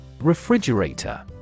Refrigerator